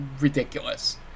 ridiculous